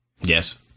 yes